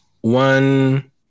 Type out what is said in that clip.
one